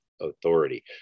authority